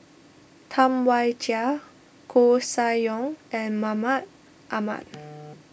Tam Wai Jia Koeh Sia Yong and Mahmud Ahmad